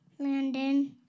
Landon